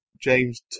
James